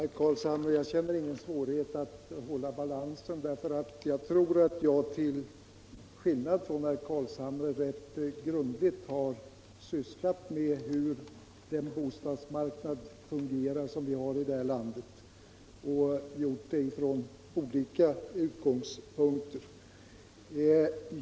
Herr talman! Jag känner ingen svårighet att hålla balansen, eftersom jag tror att jag till skillnad från herr Carlshamre rätt grundligt har sysslat med hur bostadsmarknaden fungerar i det här landet — och gjort den från olika utgångspunkter.